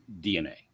DNA